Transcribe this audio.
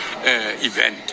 event